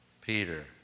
Peter